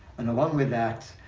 and along with that,